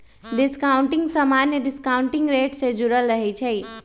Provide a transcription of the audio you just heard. discounting समान्य discounting rate से जुरल रहै छइ